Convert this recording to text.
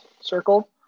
circle